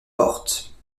portes